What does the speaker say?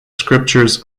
scriptures